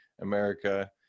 America